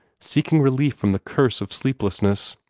seeking relief from the curse of sleeplessness.